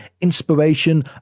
inspiration